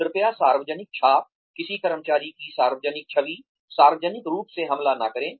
कृपया सार्वजनिक छाप किसी कर्मचारी की सार्वजनिक छवि सार्वजनिक रूप से हमला न करें